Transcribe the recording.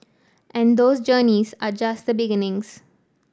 and those journeys are just the beginnings